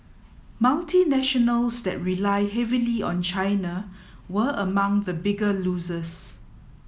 multinationals that rely heavily on China were among the bigger losers